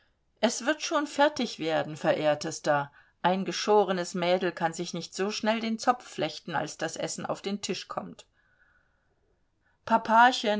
es wird schon fertig werden verehrtester ein geschorenes mädel kann sich nicht so schnell den zopf flechten als das essen auf den tisch kommt